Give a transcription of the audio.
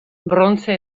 brontze